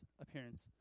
appearance